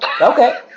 Okay